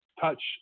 touch